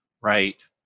Right